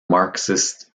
marxist